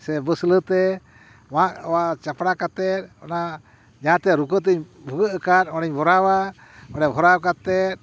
ᱥᱮ ᱵᱟᱹᱥᱞᱟᱹᱛᱮ ᱚᱣᱟ ᱚᱣᱟ ᱪᱟᱯᱲᱟ ᱠᱟᱛᱮ ᱚᱱᱟ ᱡᱟᱦᱟᱸᱛᱮ ᱨᱩᱠᱟᱹᱛᱮᱧ ᱵᱷᱩᱜᱟᱹᱜ ᱟᱠᱟᱫ ᱚᱸᱰᱮᱧ ᱵᱷᱚᱨᱟᱣᱟ ᱚᱸᱰᱮ ᱵᱷᱚᱨᱟᱣ ᱠᱟᱛᱮᱫ